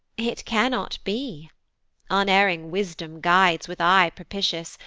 it cannot be unerring wisdom guides with eye propitious,